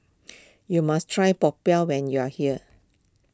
you must try Popiah when you are here